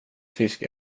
fisk